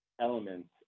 elements